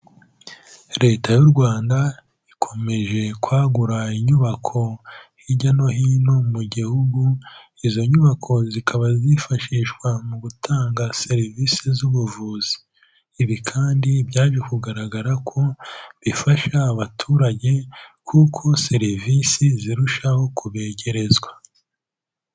Leta y'u Rwanda ikomeje kwagura inyubako hirya no hino mu gihugu, izo nyubako zikaba zifashishwa mu gutanga serivisi z'ubuvuzi, ibi kandi byaje kugaragara ko bifasha abaturage kuko serivisi zirushaho kubegerezwa.